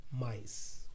mice